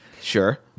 Sure